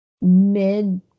mid